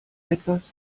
etwas